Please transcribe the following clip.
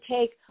take